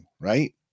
right